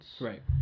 Right